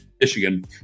Michigan